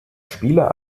spieler